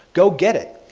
go get it.